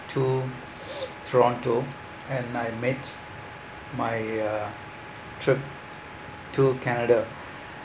to toronto and I made my uh trip to canada